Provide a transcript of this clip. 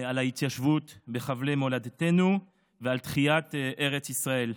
על ההתיישבות בחבלי מולדתנו ועל תחיית ארץ ישראל.